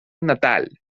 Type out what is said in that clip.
natal